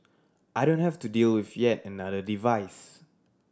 I don't have to deal with yet another device